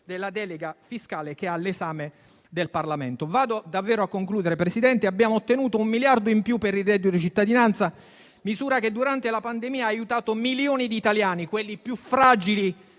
della delega fiscale all'esame del Parlamento. Mi avvio davvero alla conclusione, Presidente. Abbiamo ottenuto un miliardo in più per il reddito di cittadinanza, misura che durante la pandemia ha aiutato milioni di italiani, quelli più fragili